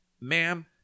ma'am